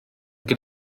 gen